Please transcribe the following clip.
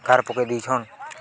ଗାର୍ ପକେଇ ଦେଇଛନ୍